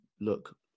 look